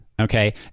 Okay